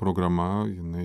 programa jinai